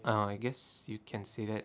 ah I guess you can say that